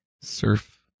surf